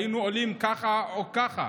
היינו עולים כך או כך,